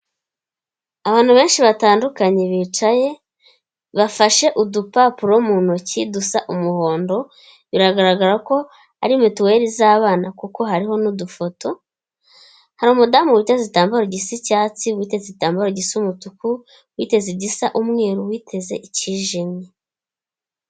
Abantu benshi batandukanye bicaye, bafashe udupapuro mu ntoki dusa umuhondo, biragaragara ko ari mituweli z'abana kuko hariho n'udufoto, hari umudamu witeze igitambaro gisa icyatsi, uwiteze igitambaro gisa umutuku, uwiteze igisa umweru, n'uwiteze icyijimye.